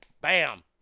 Bam